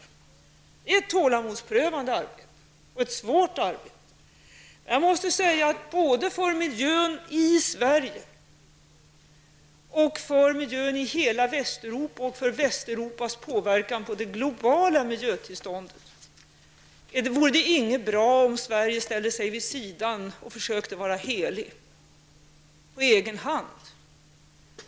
Det är ett tålamodsprövande arbete och ett svårt arbete. Men jag måste säga att för miljön i Sverige och för miljön i hela Västeuropa samt för Västeuropas påverkan på det globala miljötillståndet vore det inget bra om Sverige ställde sig vid sidan och försökte vara heligt på egen hand.